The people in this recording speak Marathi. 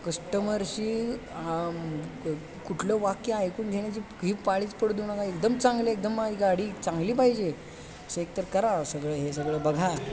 कस्टमरशी हां कुठलं वाक्य ऐकून घेण्याची ही पाळीच पडू देऊ नका एकदम चांगले एकदम माझी गाडी चांगली पाहिजे असं एक तर करा सगळं हे सगळं बघा